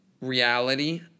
reality